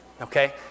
Okay